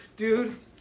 dude